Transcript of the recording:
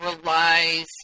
relies